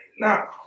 Now